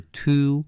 two